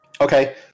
okay